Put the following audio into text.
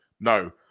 no